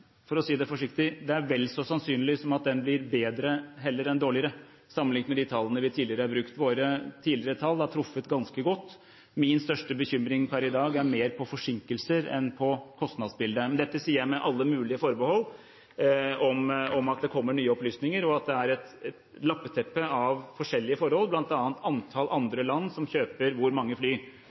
vel så sannsynlig at det blir bedre heller enn dårligere, sammenlignet med de tallene vi tidligere har brukt. Våre tidligere tall har truffet ganske godt. Min største bekymring per i dag er mer på forsinkelser enn på kostnadsbildet. Men dette sier jeg med alle mulige forbehold om at det kommer nye opplysninger, og at det er et lappeteppe av forskjellige forhold, bl.a. antall andre land som kjøper hvor mange fly.